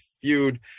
Feud